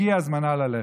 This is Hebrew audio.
הגיעה זמנה ללכת.